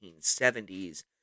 1970s